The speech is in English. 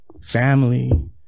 family